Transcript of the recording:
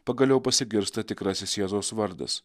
pagaliau pasigirsta tikrasis jėzaus vardas